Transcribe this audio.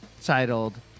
titled